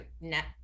net